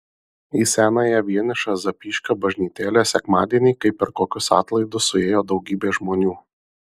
į senąją vienišą zapyškio bažnytėlę sekmadienį kaip per kokius atlaidus suėjo daugybė žmonių